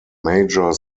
major